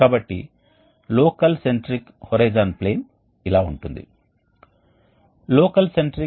కాబట్టి ఈ మాతృక లేదా ఈ చక్రాన్ని కలిగి ఉన్న ఈ మాతృక తిరుగుతూనే ఉంటుంది మరియు అది తిరిగే అమరికను మీరు చూడవచ్చు